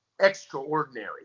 Extraordinary